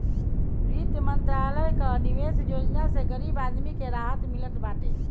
वित्त मंत्रालय कअ निवेश योजना से गरीब आदमी के राहत मिलत बाटे